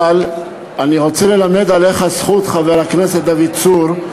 אבל אני רוצה ללמד עליך זכות, חבר הכנסת דוד צור.